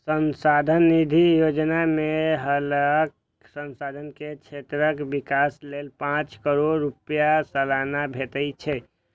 सांसद निधि योजना मे हरेक सांसद के क्षेत्रक विकास लेल पांच करोड़ रुपैया सलाना भेटे छै